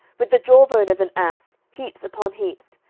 with the jawbone of an ass, heaps upon heaps,